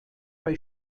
bei